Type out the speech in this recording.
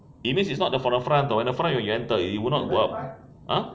it means it's not the for the front [tau] the front will be rental it would not go up !huh!